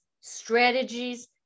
strategies